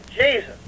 Jesus